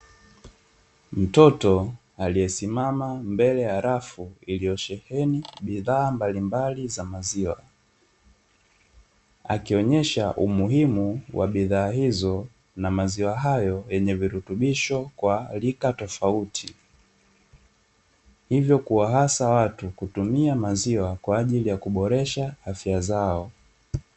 Mtoto aliyesimama mbele ya rafu iliyosheheni bidhaa mbalimbali za maziwa, akionyesha umuhimu wa bidhaa hizo na maziwa hayo yenye virutubisho kwa rika tofauti, hivyo kuwahasa watu kutumia maziwa hayo kwaajili ya kuboresha afya zao.